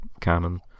canon